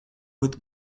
with